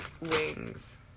wings